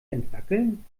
entwackeln